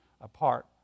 apart